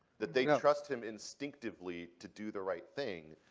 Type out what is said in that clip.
that they trust him instinctively to do the right thing,